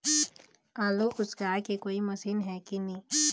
आलू उसकाय के कोई मशीन हे कि नी?